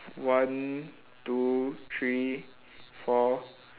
one two three four